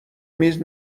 میز